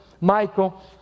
Michael